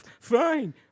Fine